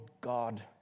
God